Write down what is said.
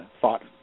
thought